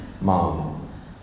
Mom